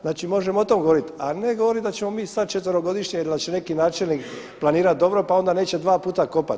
Znači, možemo o tome govoriti, a ne govorit da ćemo mi sad četverogodišnje ili da će neki načelnik planirati dobro, pa onda neće dva puta kopati.